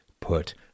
put